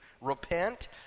repent